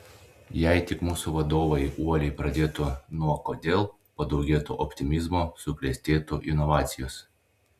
jei tik mūsų vadovai uoliai pradėtų nuo kodėl padaugėtų optimizmo suklestėtų inovacijos